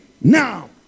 Now